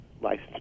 license